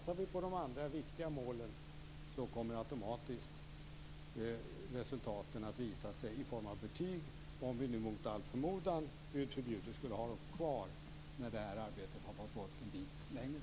Satsar vi på de andra viktiga målen kommer automatiskt resultaten att visa sig i form av betyg, om vi nu mot all förmodan - vilket Gud förbjude - skulle ha betygen kvar när det här arbetet har nått en bit längre.